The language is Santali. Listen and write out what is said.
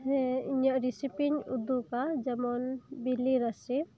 ᱦᱮᱸ ᱤᱧᱟᱹᱜ ᱨᱮᱥᱤᱯᱤᱧ ᱩᱫᱩᱜᱟ ᱡᱮᱢᱚᱱ ᱵᱤᱞᱤ ᱨᱟᱥᱮ